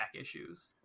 issues